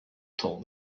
told